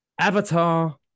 Avatar